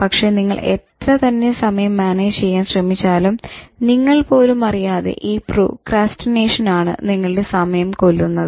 പക്ഷെ നിങ്ങൾ എത്ര തന്നെ സമയം മാനേജ് ചെയ്യാൻ ശ്രമിച്ചാലും നിങ്ങൾ പോലും അറിയാതെ ഈ പ്രോക്രാസ്റ്റിനേഷൻ ആണ് നിങ്ങളുടെ സമയം കൊല്ലുന്നത്